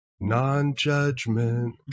non-judgment